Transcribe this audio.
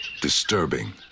disturbing